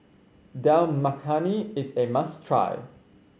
Dal Makhani is a must try